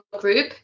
group